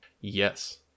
yes